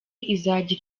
izajya